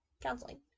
counseling